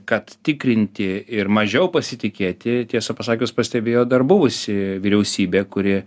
kad tikrinti ir mažiau pasitikėti tiesą pasakius pastebėjo dar buvusi vyriausybė kuri